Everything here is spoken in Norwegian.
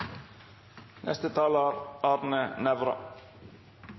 Neste talar